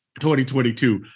2022